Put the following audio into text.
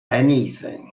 anything